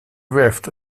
rift